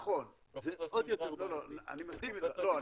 נכון, אני מסכים עם זה.